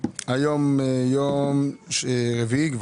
היום יום רביעי,